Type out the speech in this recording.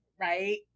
right